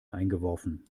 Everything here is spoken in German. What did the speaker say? eingeworfen